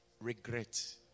regret